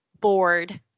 bored